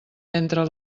entre